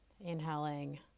inhaling